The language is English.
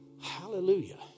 Hallelujah